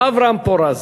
אברהם פורז,